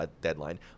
deadline